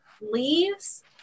leaves